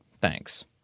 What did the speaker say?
Thanks